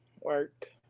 work